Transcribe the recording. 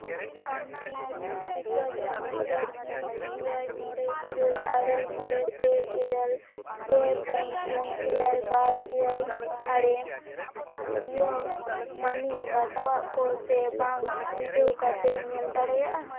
ᱟᱢ ᱠᱤ ᱤᱧᱟᱹᱜ ᱛᱨᱤᱯᱩᱨᱟ ᱜᱨᱟᱢᱤᱱ ᱵᱮᱝᱠ ᱢᱤᱫ ᱮᱭᱟᱭ ᱢᱚᱬᱮ ᱤᱨᱟᱹᱞ ᱟᱨᱮ ᱢᱚᱬᱮ ᱯᱮ ᱤᱨᱟᱹᱞ ᱯᱮ ᱯᱩᱱ ᱯᱩᱱ ᱮᱭᱟᱭ ᱵᱟᱨ ᱮᱭᱟᱭ ᱟᱨᱮ ᱡᱤᱭᱳ ᱢᱟᱱᱤ ᱵᱟᱛᱟᱣᱟᱜ ᱠᱚ ᱥᱮ ᱵᱟᱝ ᱵᱤᱰᱟᱹᱣ ᱠᱟᱛᱮᱢ ᱧᱮᱞ ᱫᱟᱲᱮᱭᱟᱜᱼᱟ